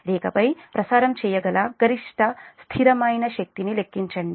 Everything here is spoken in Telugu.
రేఖపై ప్రసారంచేయగల గరిష్ట స్థిరమైన శక్తిని లెక్కించండి